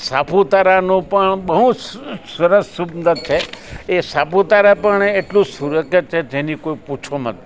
સાપુતારાનું પણ બહુ જ સરસ સુંદર છે એ સાપુતારા પણ એટલું સુરમ્ય છે જેની કોઈ પૂછો મત